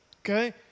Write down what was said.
Okay